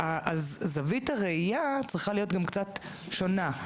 זווית הראייה צריכה להיות גם קצת שונה.